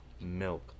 milk